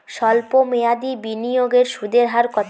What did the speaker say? সল্প মেয়াদি বিনিয়োগের সুদের হার কত?